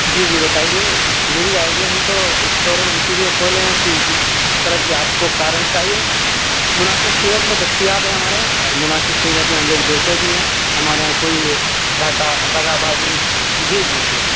جی جی بتائیے مل جائے گی ہم تو شو روم اسی لیے کھولے ہیں کہ جس طرح کی آپ کو کاریں چاہیے مناسب قیمت میں دستیاب ہیں ہمارے یہاں اور مناسب قیمت میں ہم لوگ دیتے بھی ہیں ہمارے یہاں کوئی بہکا دغابازی جی جی جی